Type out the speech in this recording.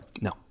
No